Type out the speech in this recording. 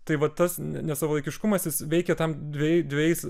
tai va tas nesavalaikiškumas jis veikė tam dve dvejais